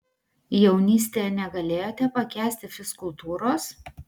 jaunystėje negalėjote pakęsti fizkultūros